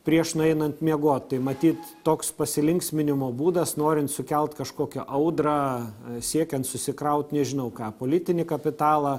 prieš nueinant miegot tai matyt toks pasilinksminimo būdas norint sukelt kažkokią audrą siekiant susikraut nežinau ką politinį kapitalą